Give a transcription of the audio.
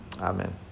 Amen